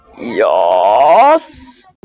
Yes